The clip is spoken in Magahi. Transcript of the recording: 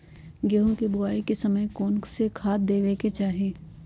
गेंहू के बोआई के समय कौन कौन से खाद देवे के चाही?